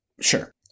sure